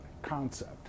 concept